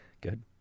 Good